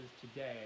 today